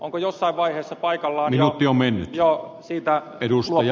onko jossain vaiheessa paikallaan jo siitä luopua